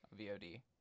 VOD